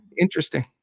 interesting